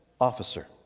officer